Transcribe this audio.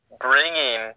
bringing